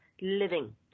Living